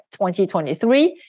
2023